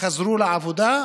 חזרו לעבודה,